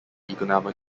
economic